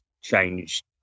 changed